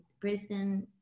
Brisbane